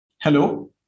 Hello